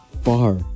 far